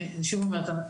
אני שוב אומרת,